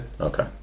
Okay